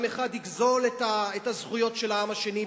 עם אחד יגזול את הזכויות של העם השני,